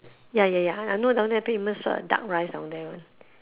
ya ya ya I know down there famous uh duck rice down there [one]